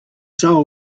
soul